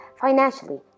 financially